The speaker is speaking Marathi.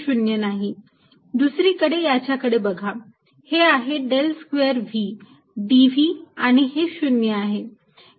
दुसरीकडे याच्याकडे बघा हे आहे del square V dv आणि हे 0 आहे